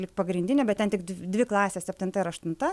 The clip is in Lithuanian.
lyg pagrindinė bet ten tik dvi klasės septinta ir aštunta